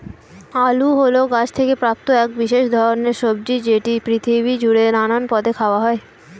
আলু হল গাছ থেকে প্রাপ্ত এক বিশেষ ধরণের সবজি যেটি পৃথিবী জুড়ে নানান পদে খাওয়া হয়